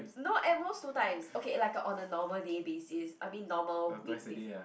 no at most two times okay like on a normal day basis I mean normal week basis